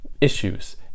issues